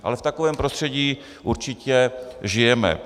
Ale v takovém prostředí určitě žijeme.